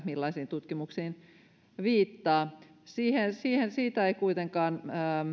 millaisiin tutkimuksiin viittaa siitä ei kuitenkaan